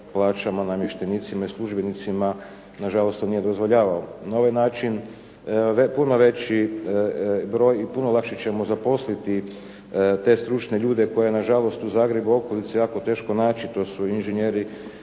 plaćama namještenicima i službenicima nažalost to nije dozvoljavao. Na ovaj način puno veći broj i puno lakše ćemo zaposliti te stručne ljude koje je nažalost u Zagrebu i okolici jako teško naći. To su inženjeri